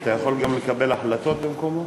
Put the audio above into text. אתה יכול גם לקבל החלטות במקומו?